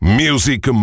music